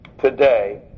today